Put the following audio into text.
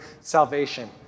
salvation